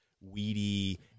weedy